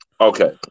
Okay